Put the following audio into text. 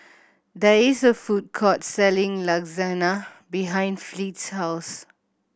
there is a food court selling Lasagna behind Fleet's house